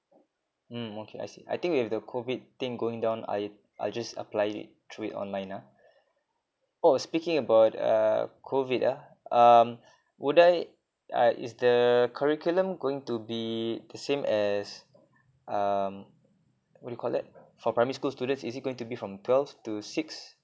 mm okay I see I think with the COVID thing going down I I just apply it through it online ah oh speaking about err COVID ah um would I uh is the curriculum going to be the same as um what do you call that for primary school students is it going to be from twelve to six